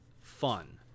fun